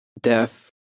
death